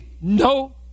No